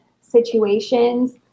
situations